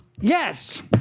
Yes